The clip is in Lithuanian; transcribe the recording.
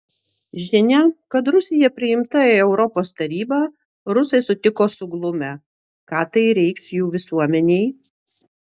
žinią kad rusija priimta į europos tarybą rusai sutiko suglumę ką tai reikš jų visuomenei